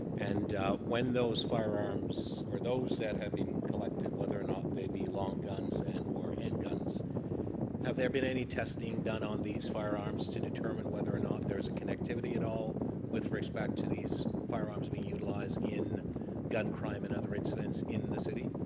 and when those firearms or those that have been been collected whether or not they be long guns and or handguns have there been any testing done on these firearms to determine whether or not there's a connectivity at all with respect to these firearms being utilized in gun crime and other incidents in the city?